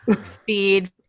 feed